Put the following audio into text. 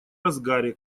разгаре